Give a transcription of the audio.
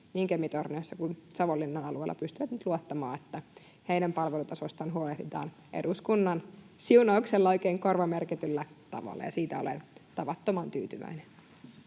niin Kemi-Torniossa kuin Savonlinnan alueella pystyvät luottamaan, että heidän palvelutasoistaan huolehditaan eduskunnan siunauksella oikein korvamerkityllä tavalla, ja siitä olen tavattoman tyytyväinen.